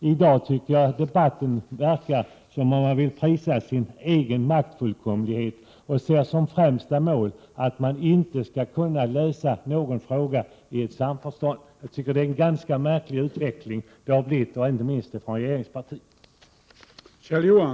I dag verkar det som om man i debatten vill prisa sin egen maktfullkomlighet och ser som främsta mål att det inte skall gå att lösa någon fråga i samförstånd. Det har varit en ganska märklig utveckling — inte minst i regeringspartiet.